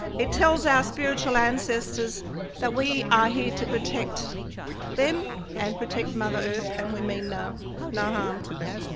it tells our spiritual ancestors that we are here to protect them and protect mother earth and we mean no no harm to them.